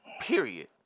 Period